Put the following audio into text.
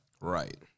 right